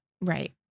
Right